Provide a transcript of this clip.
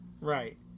Right